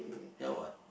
ya what